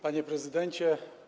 Panie Prezydencie!